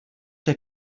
der